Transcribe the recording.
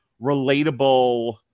relatable